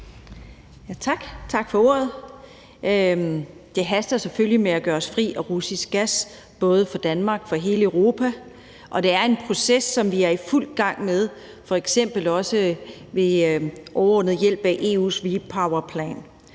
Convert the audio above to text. Tak for ordet. Det haster selvfølgelig med at gøre os fri af russisk gas, både for Danmark og for hele Europa, og det er en proces, som vi er i fuld gang med, f.eks. også ved overordnet hjælp fra EU's RePowerplan.